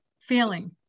feeling